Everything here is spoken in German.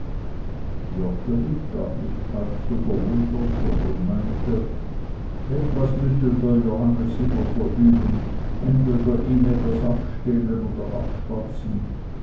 nicht halb so verwundert sondern meinte etwas müsse der johannes immer verüben entweder ihm etwas abstehlen oder abschwatzen